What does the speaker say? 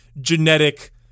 genetic